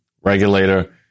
regulator